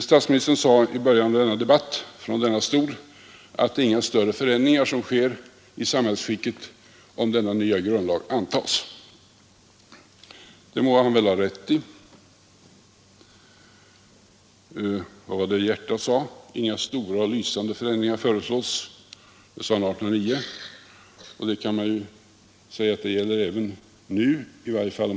Statsministern sade i början av denna debatt från denna talarstol att det är inga större förändringar som sker i samhällsskicket om denna nya grundlag antas. Det må han väl ha rätt i. Järta sade 1809 att inga stora och lysande förändringar föreslås, och man kan säga att det gäller även nu, i varje fall .